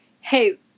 hey